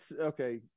Okay